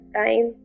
time